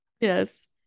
Yes